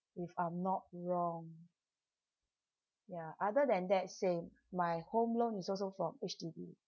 if I'm not wrong ya other than that same my home loan is also from H_D_B